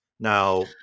Now